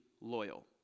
loyal